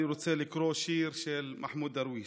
אני רוצה לקרוא שיר של מחמוד דרוויש.